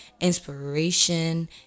inspiration